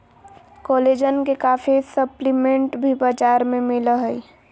collagen के काफी supplement भी बाजार में मिल हइ